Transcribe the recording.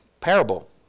parable